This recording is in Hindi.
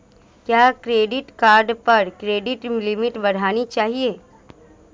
क्या क्रेडिट कार्ड पर क्रेडिट लिमिट बढ़ानी चाहिए?